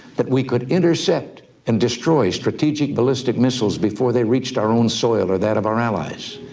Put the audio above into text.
that we could intercept and destroy strategic ballistic missiles before they reached our own soil or that of our allies?